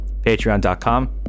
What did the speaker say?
patreon.com